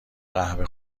قهوه